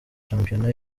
shampiyona